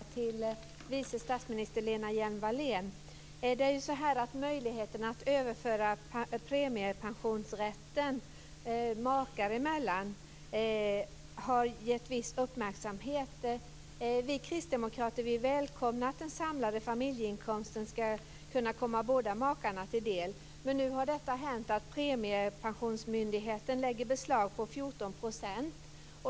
Fru talman! Jag skulle vilja ställa en fråga till vice statsminister Lena Hjelm-Wallén. Möjligheterna att överföra premiepensionsrätten makar emellan har gett viss uppmärksamhet. Vi kristdemokrater välkomnar att den samlade familjeinkomsten skall kunna komma båda makarna till del. Men nu har detta hänt att Premiepensionsmyndigheten lägger beslag på 14 %.